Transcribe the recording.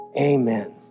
Amen